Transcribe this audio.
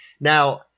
Now